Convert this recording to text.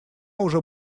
уже